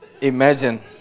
Imagine